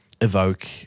evoke